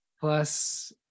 plus